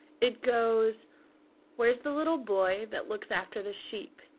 it goes where's the little boy that looks after the sheep?